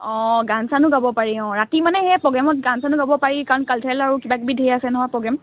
অঁ গান চানো গাব পাৰি অঁ ৰাতি মানে সেই প্ৰ'গ্ৰেমত গান চানো গাব পাৰি কাৰণ কালচাৰেল আৰু কিবাকিবি ঢেৰ আছে নহয় প্ৰ'গ্ৰেম